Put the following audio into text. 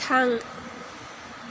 थां